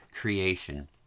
creation